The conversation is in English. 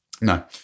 No